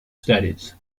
studies